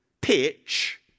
pitch